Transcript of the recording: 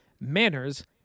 manners